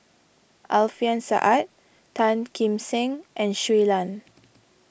Alfian Sa'At Tan Kim Seng and Shui Lan